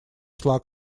шла